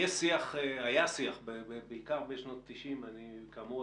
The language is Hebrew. היה שיח בעיקר בשנות ה-90 כאמור,